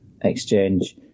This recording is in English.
exchange